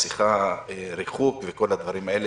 מסכה וריחוק וכל הדברים האלה.